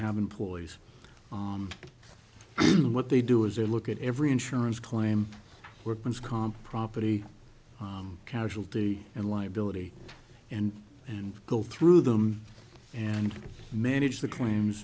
have employees and what they do is they look at every insurance claim workman's comp property casualty and liability and and go through them and manage the claims